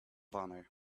honor